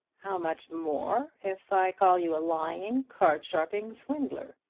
how much more if i call you a lying, card-sharping swindler?